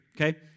okay